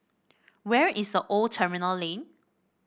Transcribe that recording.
where is The Old Terminal Lane